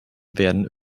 werden